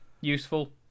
useful